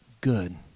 good